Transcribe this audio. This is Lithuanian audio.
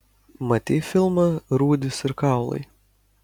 matei filmą rūdys ir kaulai